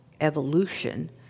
evolution